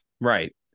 Right